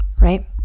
right